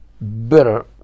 better